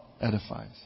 edifies